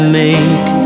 make